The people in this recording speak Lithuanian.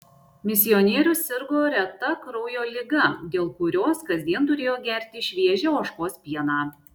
misionierius sirgo reta kraujo liga dėl kurios kasdien turėjo gerti šviežią ožkos pieną